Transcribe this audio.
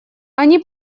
они